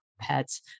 Pets